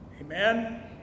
Amen